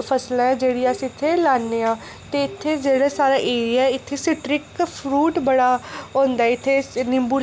फसल ऐ जेह्ड़ी अस इत्थै लान्ने आं ते इत्थै जेह्ड़ा साढ़ा एरिया इत्थै सिट्रिक फ्रूट बड़ा होंदा इत्थै निम्बू